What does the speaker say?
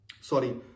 sorry